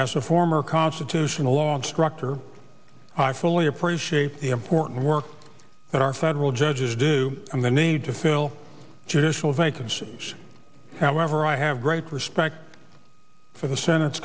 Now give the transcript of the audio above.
as a former constitutional law instructor i fully appreciate the important work that are admiral judges do and they need to fill judicial vacancies however i have great respect for the senate